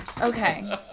Okay